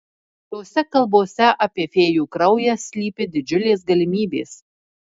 tose kalbose apie fėjų kraują slypi didžiulės galimybės